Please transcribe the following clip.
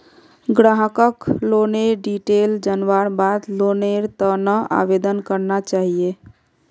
ग्राहकक लोनेर डिटेल जनवार बाद लोनेर त न आवेदन करना चाहिए